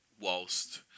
whilst